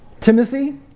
Timothy